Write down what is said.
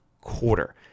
quarter